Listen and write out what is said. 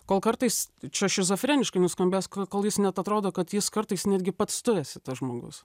kol kartais čia šizofreniškai nuskambės k kol jis net atrodo kad jis kartais netgi pats tu esi tas žmogus